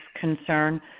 concern